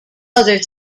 other